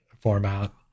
format